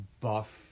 buff